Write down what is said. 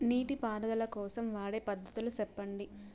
నీటి పారుదల కోసం వాడే పద్ధతులు సెప్పండి?